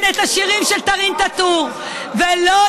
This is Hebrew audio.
את כל כך לא